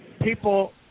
people